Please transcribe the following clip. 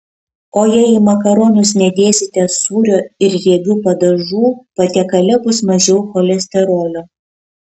o jei į makaronus nedėsite sūrio ir riebių padažų patiekale bus mažiau cholesterolio